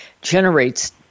generates